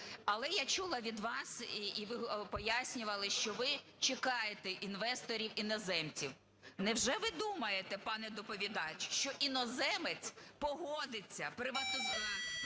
Але я чула від вас і ви пояснювали, що ви чекаєте інвесторів-іноземців. Невже ви думаєте, пане доповідач, що іноземець погодиться